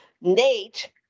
Nate